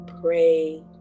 pray